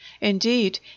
indeed